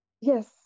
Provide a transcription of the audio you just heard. Yes